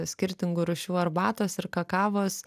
skirtingų rūšių arbatos ir kakavos